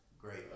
Great